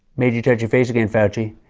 made you touch your face again, fauci.